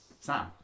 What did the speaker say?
Sam